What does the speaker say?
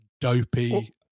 dopey